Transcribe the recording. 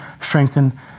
strengthen